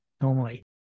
normally